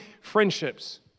friendships